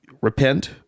repent